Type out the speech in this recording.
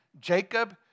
Jacob